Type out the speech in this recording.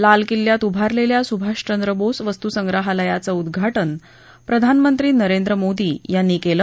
लाल किल्यात उभारलेल्या सुभाषचंद्र बोस वस्तुसंग्रहालयाचं उद्घाटन प्रधानमंत्री नरेंद्र मोदी यांनी केलं